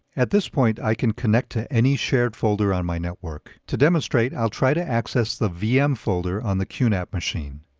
at this point, i can connect to any shared folder on my network. to demonstrate, i'll try to access the vm folder on the qnap machine.